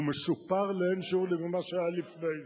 הוא משופר לאין שיעור ממה שהיה לפני זה.